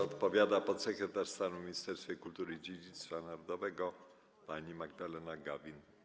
Odpowiada podsekretarz stanu w Ministerstwie Kultury i Dziedzictwa Narodowego pani Magdalena Gawin.